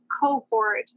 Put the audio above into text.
cohort